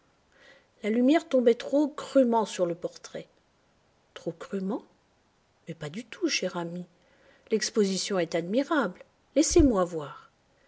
la lumière tombait trop crûment sur le portrait trop crûment mais pas du tout cher ami l'exposition est admirable laissez-moi voir